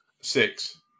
six